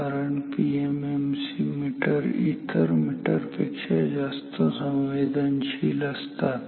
कारण पीएमएमसी इतर मीटर पेक्षा जास्त संवेदनशील असतात